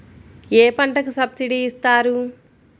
ఏ పంటకు సబ్సిడీ ఇస్తారు?